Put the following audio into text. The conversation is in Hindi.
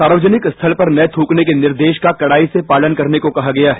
सार्वजनिक स्थल पर न थूकने के निर्देश का कड़ाई से पालन करने को कहा गया है